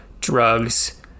drugs